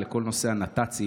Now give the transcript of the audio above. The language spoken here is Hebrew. לכל נושא הנת"צים,